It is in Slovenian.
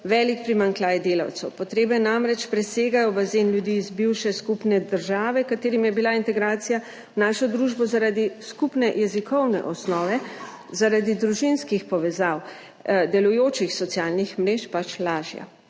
velik primanjkljaj delavcev. Potrebe namreč presegajo bazen ljudi iz bivše skupne države, katerim je bila integracija v našo družbo, zaradi skupne jezikovne osnove, zaradi družinskih povezav, delujočih socialnih mrež pač lažja.